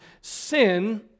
sin